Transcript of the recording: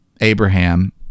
Abraham